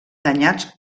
danyats